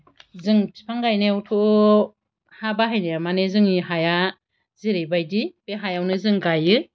जों फिफां गायनायावथ' हा बाहायनाया माने जोंनि हाया जेरैबायदि बे हायावनो जों गाइयो